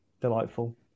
delightful